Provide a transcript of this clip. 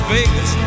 Vegas